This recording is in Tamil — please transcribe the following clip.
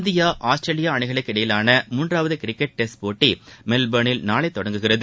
இந்தியா ஆஸ்திரேலியா அளிகளுக்கு இடையிலான மூன்றாவது கிரிக்கெட் டெஸ்ட் போட்டி மெல்போர்னில் நாளை தொடங்குகிறது